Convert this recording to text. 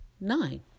nine